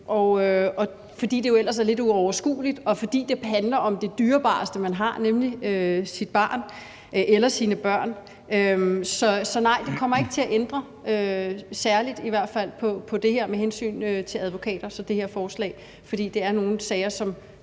fordi det jo ellers er lidt uoverskueligt, og fordi det handler om det dyrebareste, man har, nemlig sit barn eller sine børn. Så nej, det her forslag kommer ikke til at ændre noget, i hvert fald ikke noget særligt, med hensyn til advokater, fordi det er nogle sager, som